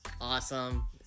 awesome